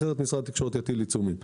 אחרת משרד התקשורת יטיל עיצומים.